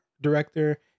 director